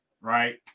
right